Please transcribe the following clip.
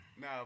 No